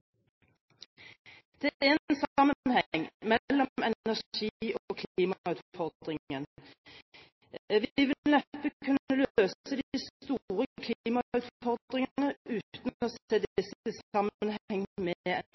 Det er en sammenheng mellom energi og klimautfordringen: Vi vil neppe kunne løse de store klimautfordringene uten å